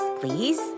please